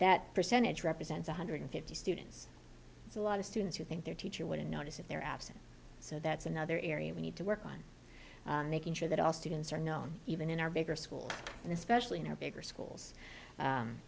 that percentage represents one hundred fifty students it's a lot of students who think their teacher wouldn't notice in their absence so that's another area we need to work on making sure that all students are known even in our bigger schools and especially in our bigger schools